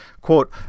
Quote